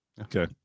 Okay